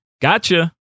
Gotcha